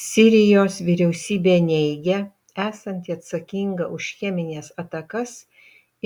sirijos vyriausybė neigia esanti atsakinga už chemines atakas